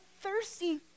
thirsty